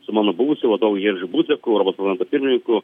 su mano buvusiu vadovu jerži buzeku arba parlamento pirmininku